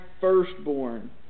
firstborn